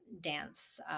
dance